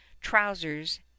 trousers